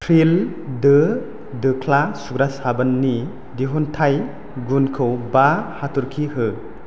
Pril दो दोख्ला सुग्रा साबोननि दिहुनथाइ गुनखौ बा हाथरखि हो